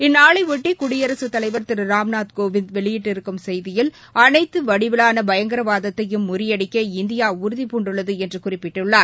இந்நாளைபொட்டி குடியரசுத் தலைவர் திரு ராம்நாத் கோவிந்த் வெளியிட்டிருக்கும் செய்தியில் அனைத்து வடிவிலான பயங்கரவாதத்தையும் முறியடிக்க இந்தியா உறுதிபூண்டுள்ளது என்று குறிப்பிட்டுள்ளார்